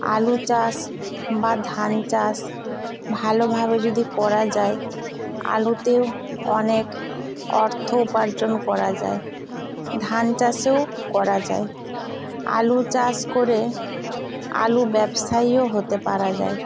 আলু চাষ বা ধান চাষ ভালোভাবে যদি করা যায় আলুতেও অনেক অর্থ উপার্জন করা যায় ধান চাষেও করা যায় আলু চাষ করে আলু ব্যবসায়ীও হতে পারা যায়